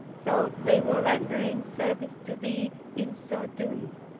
thought they were rendering service to thee in so doing.